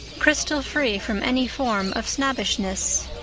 crystal-free from any form of snobbishness.